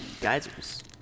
Geysers